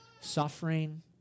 suffering